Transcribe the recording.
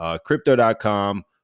crypto.com